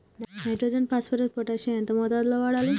Nitrogen phosphorus potassium ఎంత మోతాదు లో వాడాలి?